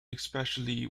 especially